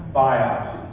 biopsy